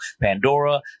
pandora